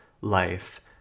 life